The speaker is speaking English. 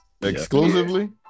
Exclusively